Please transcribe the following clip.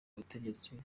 ubutegetsi